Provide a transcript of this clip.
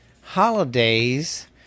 holidays